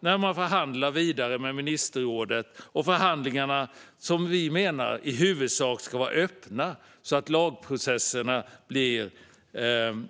Vi menar också att dessa förhandlingar i huvudsak ska vara öppna